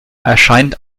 erscheint